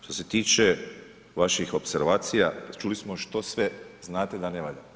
Što se tiče vaših opservacija čuli smo što sve znate da nevalja.